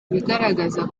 ibigaragaza